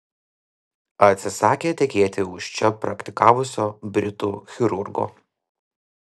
atsisakė tekėti už čia praktikavusio britų chirurgo